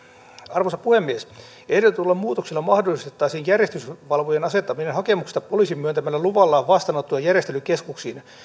arvoisa puhemies ehdotetuilla muutoksilla mahdollistettaisiin järjestyksenvalvojien asettaminen hakemuksesta poliisin myöntämällä luvalla vastaanotto ja järjestelykeskuksiin